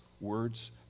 words